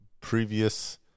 previous